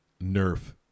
Nerf